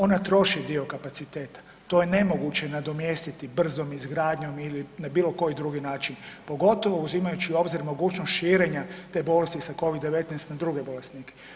Ona troši dio kapaciteta, to je nemoguće nadomjestiti brzom izgradnjom ili na bilo koji drugi način, pogotovo uzimajući u obzir mogućnost širenja te bolesti sa Covid-19 na druge bolesnike.